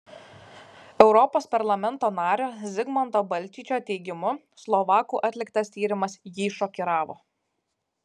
europos parlamento nario zigmanto balčyčio teigimu slovakų atliktas tyrimas jį šokiravo